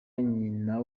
nyina